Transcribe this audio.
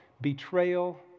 betrayal